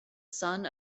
son